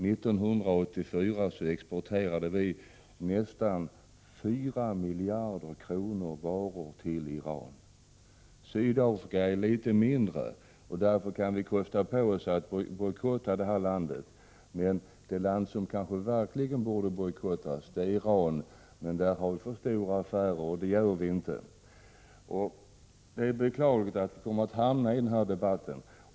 1984 exporterade vi varor för nästan 4 miljarder kronor till Iran. Handeln med Sydafrika är litet mindre, och därför kan vi kosta på oss att bojkotta det landet. Det land som verkligen borde bojkottas är Iran, men där har Sverige så stora affärer. Det är beklagligt att denna debatt har uppstått.